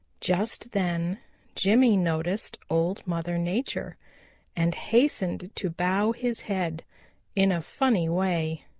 just then jimmy noticed old mother nature and hastened to bow his head in a funny way.